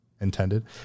intended